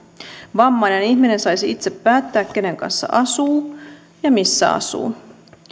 vammainen ihminen saisi itse päättää kenen kanssa asuu ja missä asuu